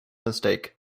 mistake